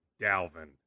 Dalvin